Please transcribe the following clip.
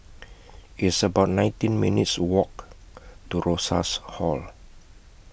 It's about nineteen minutes' Walk to Rosas Hall